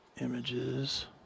Images